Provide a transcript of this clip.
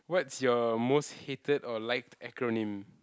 what's your most hated or liked acronym